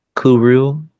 Kuru